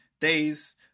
days